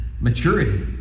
maturity